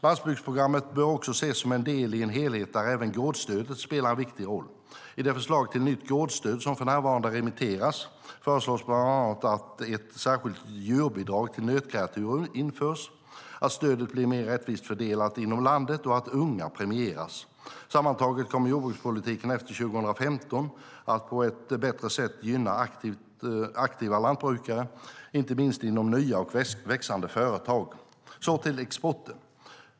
Landsbygdsprogrammet bör också ses som en del i en helhet där även gårdsstödet spelar en viktig roll. I de förslag till nytt gårdsstöd som för närvarande remitteras föreslår jag bland annat att ett särskilt djurbidrag till nötkreatur införs, att stöden blir mer rättvist fördelade inom landet och att unga premieras. Sammantaget kommer jordbrukspolitiken efter 2015 att på ett bättre sätt gynna aktiva lantbrukare, inte minst inom nya och växande företag. Så till frågan om export.